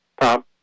Tom